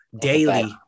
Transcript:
daily